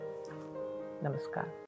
Namaskar